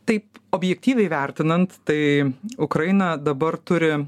taip objektyviai vertinant tai ukraina dabar turi